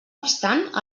obstant